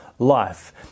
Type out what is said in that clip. life